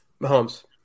Mahomes